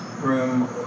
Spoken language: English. room